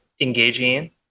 engaging